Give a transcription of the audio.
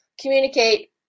communicate